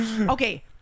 okay